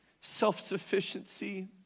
self-sufficiency